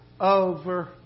Over